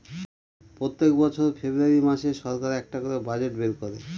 প্রত্যেক বছর ফেব্রুয়ারী মাসে সরকার একটা করে বাজেট বের করে